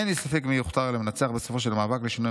"ואין לי ספק מי יוכתר למנצח בסופו של המאבק לשינוי